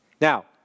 Now